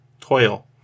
toil